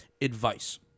advice